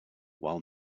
while